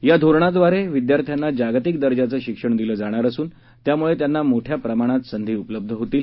या धोरणाद्वारे विद्यार्थांना जागतिक दर्जा शिक्षण दिलं जाणार असून त्यामुळे त्यांना मोठ्या प्रमाणात संधी उपलब्ध होतील